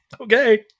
okay